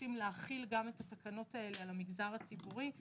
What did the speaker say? רוצים להחיל את התקנות האלה גם על המגזר הציבורי.